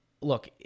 look